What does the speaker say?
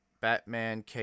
batman